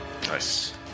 Nice